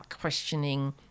questioning